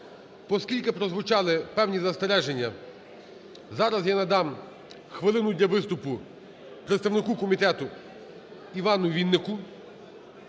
Оскільки прозвучали певні застереження, зараз я надам хвилину для виступу представнику Комітету Івану Віннику